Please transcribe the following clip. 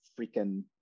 freaking